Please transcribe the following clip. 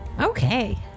Okay